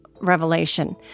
revelation